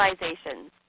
realizations